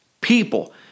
people